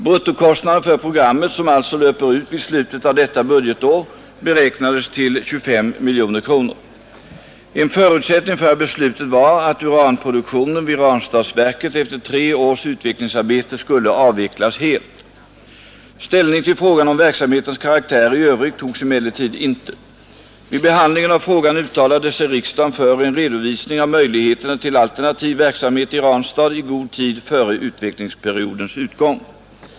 Bruttokostnaden för programmet — som alltså löper ut vid slutet av detta budgetår — beräknades till 25 miljoner kronor. En förutsättning för beslutet var att uranproduktionen vid Ranstadsverket efter tre års utvecklingsarbete skulle avvecklas helt. Ställning till frågan om verksamhetens karaktär i övrigt togs emellertid inte. Vid behandlingen av frågan uttalade sig riksdagen för en redovisning av möjligheterna till alternativ verksamhet i Ranstad i god tid före utvecklingsperiodens utgång.